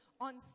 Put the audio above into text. on